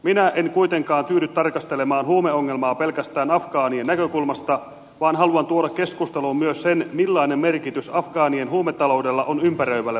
minä en kuitenkaan tyydy tarkastelemaan huumeongelmaa pelkästään afgaanien näkökulmasta vaan haluan tuoda keskusteluun myös sen millainen merkitys afgaa nien huumetaloudella on ympäröivälle maailmalle